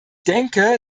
denke